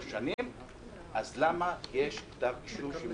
למיטב ידיעתי, כן.